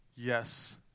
Yes